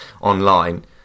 online